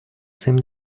цим